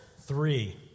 three